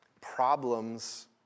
problems